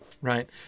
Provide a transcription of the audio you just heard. right